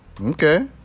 Okay